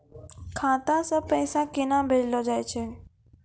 खाता से पैसा केना भेजलो जाय छै?